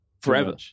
Forever